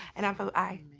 and i vote aye.